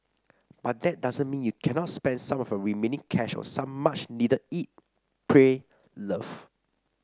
but that doesn't mean you cannot spend some of your remaining cash on some much needed eat pray love